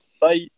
Bye